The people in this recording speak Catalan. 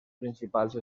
principals